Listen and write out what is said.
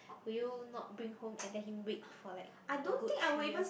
will you not bring home and let him wait for like a good three years